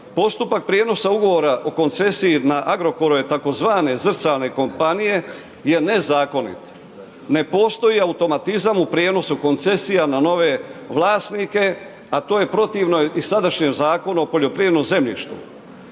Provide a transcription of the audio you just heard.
postupak prijenosa ugovora o koncesiji na Agrokorom, tzv. zrcalne kompanije, je nezakonit. Ne postoji automatizam, u prijenosu koncesija na nove vlasnike, a to je protivno i sadašnjem Zakonu o poljoprivrednom zemljištu.